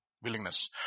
Willingness